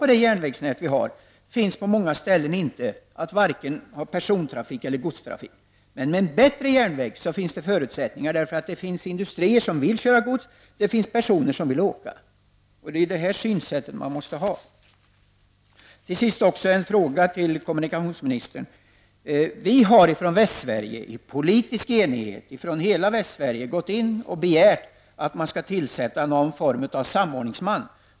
På det järnvägsnät vi har i dag finns det på många ställen inte förutsättningar för vare sig personeller godstrafik. Med en bättre järnväg skulle det dock finnas förutsättningar, eftersom det finns industrier som vill transportera gods och det finns personer som vill åka. Man måste ha detta synsätt. Till sist har jag en fråga till kommunikationsministern. Vi har ifrån Västsverige i politisk enighet gått in och begärt att man skall tillsätta någon form av samordningsman.